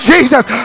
Jesus